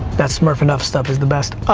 that smurfin' up stuff is the best.